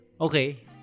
Okay